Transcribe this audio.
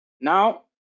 Now